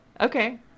Okay